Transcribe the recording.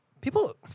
People